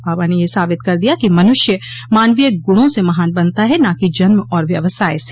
बाबा ने यह साबित कर दिया कि मनुष्य मानवीय गुणों से महान बनता है न कि जन्म और व्यवसाय से